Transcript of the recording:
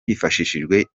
hifashishijwe